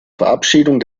verabschiedung